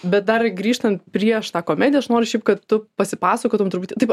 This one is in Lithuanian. bet dar grįžtant prieš tą komediją nors šiaip kad tu pasipasakotum truputį tipo